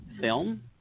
film